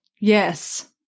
yes